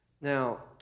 Now